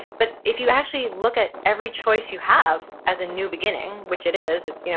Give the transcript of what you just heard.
but if you actually look at every choice you have as a new beginning, which it is, it's, you know